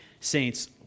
Saints